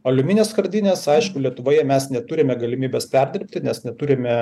aliuminio skardines aišku lietuvoje mes neturime galimybės perdirbti nes neturime